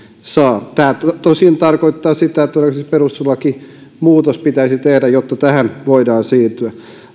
saa tämä tosin tarkoittaa sitä että todennäköisesti perustuslakimuutos pitäisi tehdä jotta tähän voidaan siirtyä